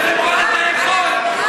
קודם כול אתה יכול.